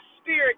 Spirit